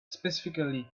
specifically